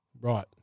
Right